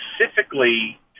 specifically